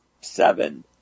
Seven